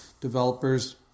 developers